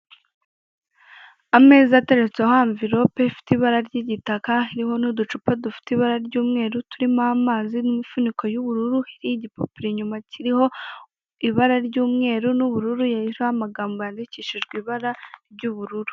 Ameza ateretse anvelope ifite ibara ry'igitaka iriho n'uducupa dufite ibara ry'umweru turimo amazi n'imifuniko y'ubururu, iriho igipapu inyuma kiriho ibara ry'umweru n'ubururu hejuru iriho amagambo yandikishijwe ibara ry'ubururu.